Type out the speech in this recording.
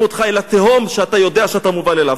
אותך אל התהום שאתה יודע שאתה מובל אליו.